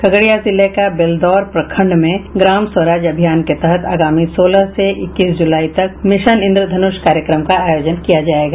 खगड़िया जिला के बेलदौर प्रखंड में ग्राम स्वराज्य अभियान के तहत आगामी सोलह से इक्कीस जुलाई तक मिशन इंद्रधनुष कार्यक्रम का आयोजन किया जायेगा